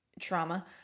trauma